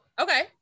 Okay